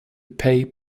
pay